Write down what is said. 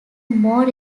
more